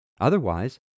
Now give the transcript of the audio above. Otherwise